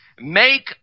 Make